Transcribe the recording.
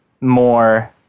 more